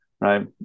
right